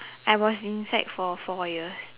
I was inside for four years